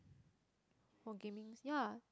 for gamings yeah